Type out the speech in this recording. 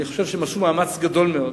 אני חושב שהם עשו מאמץ גדול מאוד,